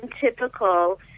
typical